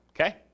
Okay